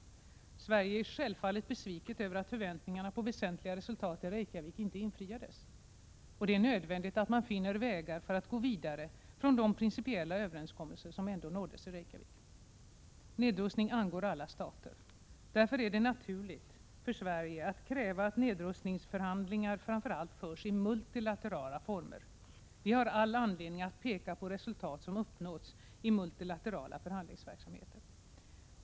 Sverige är självfallet besviket över att förväntningarna på väsentliga resultat i Reykjavik inte infriades. Det är nödvändigt att man finner vägar för att gå vidare från de principiella överenskommelser som ändå nåddes i Reykjavik. Nedrustning angår alla stater. Därför är det naturligt för Sverige att kräva att nedrustningsförhandlingar framför allt förs i multilaterala former. Vi har all anledning att peka på resultat som uppnåtts i multilateral förhandlingsverksamhet.